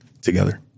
together